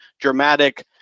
dramatic